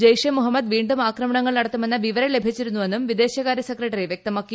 ജെയ്ഷെ മുഹമ്മദ് വീണ്ടും ആക്രമണങ്ങൽ നടത്തുമെന്ന് വിവരം ലഭിച്ചിരുന്നുവെന്നും വിദേശകാര്യ സെക്രട്ടറി വ്യക്തമാക്കി